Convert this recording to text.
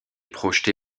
projeté